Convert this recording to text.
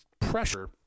pressure